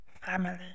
family